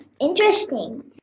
Interesting